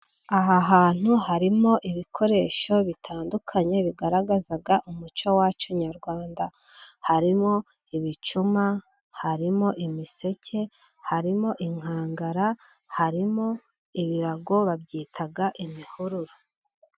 Aha hantu harimo ibikoresho bitandukanye bigaragaza umuco wa Kinyarwanda harimo ibicuma, harimo imiseke, harimo inkangara, harimo ibirago babyita imihururu.